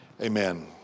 Amen